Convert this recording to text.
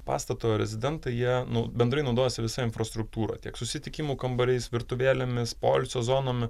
pastato rezidentai jie nu bendrai naudosi visa infrastruktūra tiek susitikimų kambariais virtuvėlėmis poilsio zonom